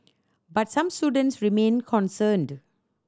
but some students remain concerned